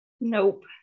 Nope